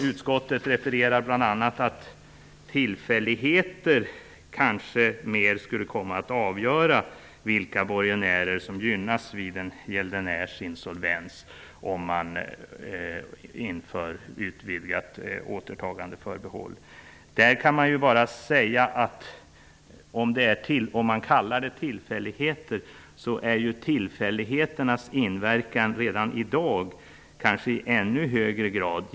Utskottet säger bl.a. att tillfälligheter kanske skulle komma att avgöra vilka borgenärer som gynnas vid en gäldenärs insolvens om man inför ett utvidgat återtagandeförbehåll. Man kan bara säga att tillfälligheternas inverkan redan i dag är giltiga när det gäller företagshypoteket -- kanske i ännu högre grad.